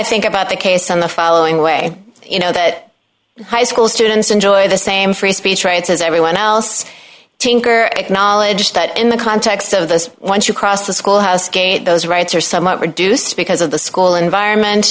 think about the case on the following way you know that high school students enjoy the same free speech rights as everyone else to acknowledge that in the context of this once you cross the schoolhouse gate those rights are somewhat reduced because of the school environment